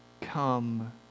come